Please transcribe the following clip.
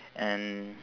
and